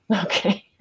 Okay